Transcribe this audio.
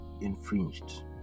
infringed